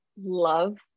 love